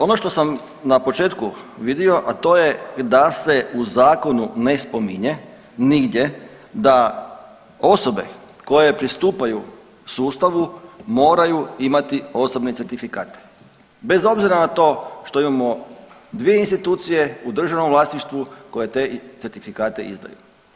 Ono što sam na početku vidio, a to je da se u zakonu ne spominje nigdje da osobe koje pristupaju sustavu moraju imati osobni certifikat bez obzira na to što imamo dvije institucije u državnom vlasništvu koje te certifikate izdaju.